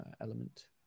element